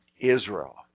Israel